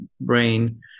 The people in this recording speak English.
brain